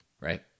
Right